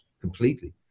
completely